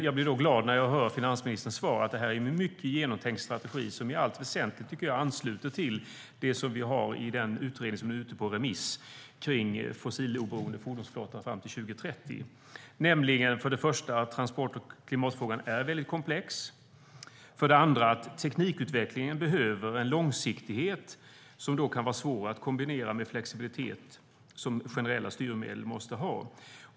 Jag blir därför glad när jag hör finansministerns svar att detta är en mycket genomtänkt strategi som i allt väsentligt ansluter till det vi har i den utredning om en fossiloberoende fordonsflotta till 2030 som är ute på remiss. För det första är transport och klimatfrågan komplex. För det andra behöver teknikutvecklingen en långsiktighet som kan vara svår att kombinera med den flexibilitet som generella styrmedel måste ha.